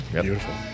Beautiful